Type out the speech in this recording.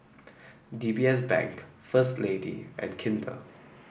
D B S Bank First Lady and Kinder